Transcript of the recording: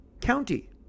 County